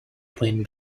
twin